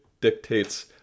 dictates